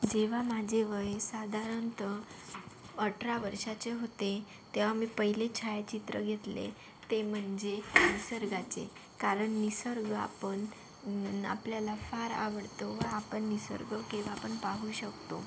जेव्हा माझे वय साधारणत अठरा वर्षाचे होते तेव्हा मी पहिले छायाचित्र घेतले ते म्हणजे निसर्गाचे कारण निसर्ग आपण आपल्याला फार आवडतो व आपण निसर्ग केव्हा पण पाहू शकतो